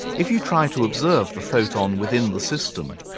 if you try to observe the photon within the system,